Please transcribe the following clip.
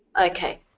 Okay